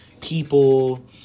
people